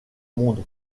monde